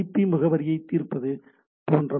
B முகவரியை தீர்ப்பது போன்றவை